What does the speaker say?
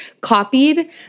copied